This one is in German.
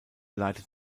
leitet